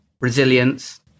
resilience